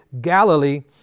Galilee